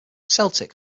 celtic